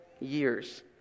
years